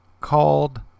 called